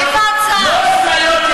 ממי את חוששת, מליצמן?